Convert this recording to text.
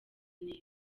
neza